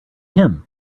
him